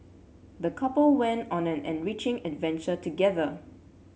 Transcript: the couple went on an enriching adventure together